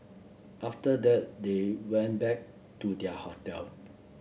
after that they went back to their hotel